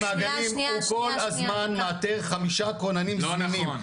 יש מעגלים והוא כל הזמן מאתר חמישה כוננים זמינים,